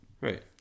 Right